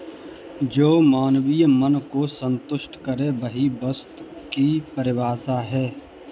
जो मानवीय मन को सन्तुष्ट करे वही वस्तु की परिभाषा है